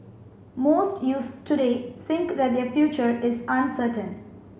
most youths today think that their future is uncertain